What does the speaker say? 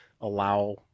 allow